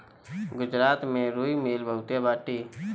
गुजरात में रुई मिल बहुते बाटे